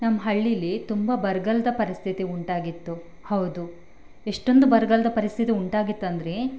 ನಮ್ಮ ಹಳ್ಳೀಲ್ಲಿ ತುಂಬ ಬರಗಾಲ್ದ ಪರಿಸ್ಥಿತಿ ಉಂಟಾಗಿತ್ತು ಹೌದು ಎಷ್ಟೊಂದು ಬರಗಾಲ್ದ ಪರಿಸ್ಥಿತಿ ಉಂಟಾಗಿತ್ತು ಅಂದರೆ